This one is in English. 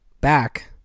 back